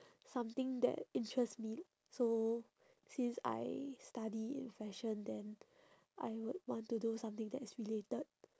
something that interests me so since I study in fashion then I would want to do something that is related